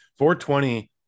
420